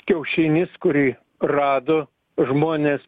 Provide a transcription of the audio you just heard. kiaušinis kurį rado žmonės